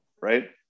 right